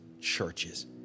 churches